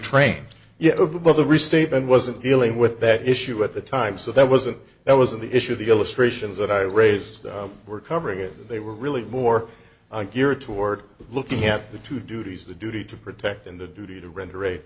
restatement wasn't dealing with that issue at the time so that wasn't that wasn't the issue of the illustrations that i raised were covering it they were really more geared toward looking at the two duties the duty to protect in the duty to render